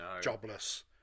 jobless